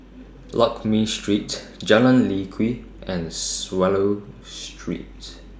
Lakme Street Jalan Lye Kwee and Swallow Street